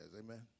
Amen